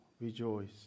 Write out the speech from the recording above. rejoice